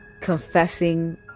confessing